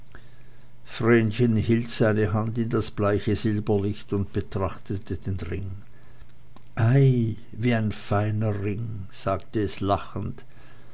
hielt seine hand in das bleiche silberlicht und betrachtete den ring ei wie ein feiner ring sagte es lachend